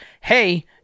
hey